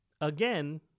again